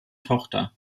tochter